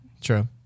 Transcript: True